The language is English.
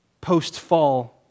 post-fall